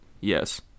Yes